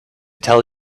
tell